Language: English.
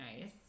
nice